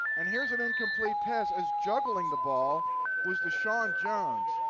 and here's an incomplete pass as juggling the ball was deshawn jones.